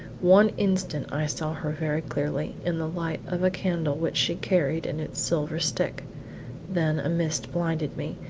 one instant i saw her very clearly, in the light of a candle which she carried in its silver stick then a mist blinded me,